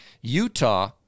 Utah